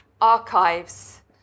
Archives